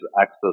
access